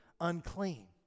unclean